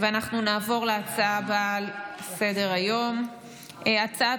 אנחנו נעבור להצעה הבאה על סדר-היום: הצעת